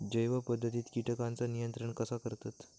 जैव पध्दतीत किटकांचा नियंत्रण कसा करतत?